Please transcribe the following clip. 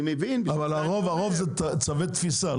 אבל הרוב זה צווי תפיסה.